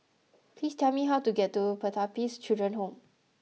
please tell me how to get to Pertapis Children Home